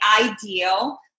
ideal